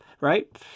Right